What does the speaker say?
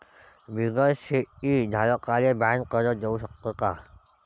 बिगर शेती धारकाले बँक कर्ज देऊ शकते का?